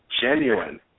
genuine